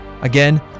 Again